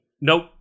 nope